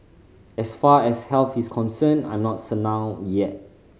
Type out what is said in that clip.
as far as health is concerned I'm not senile yet